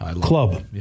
club